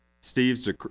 Steve's